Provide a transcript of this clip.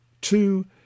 Two